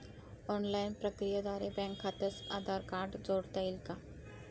Online प्रक्रियेद्वारे bank खात्यास Aadhaar card जोडता येईल का?